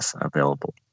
available